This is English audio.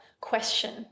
question